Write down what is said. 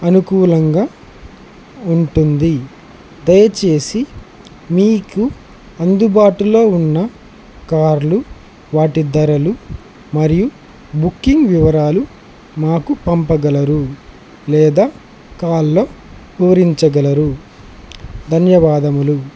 అనుకూలంగా ఉంటుంది దయచేసి మీకు అందుబాటులో ఉన్న కార్లు వాటి ధరలు మరియు బుకింగ్ వివరాలు మాకు పంపగలరు లేదా కాల్లో పూరించగలరు ధన్యవాదములు